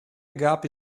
gap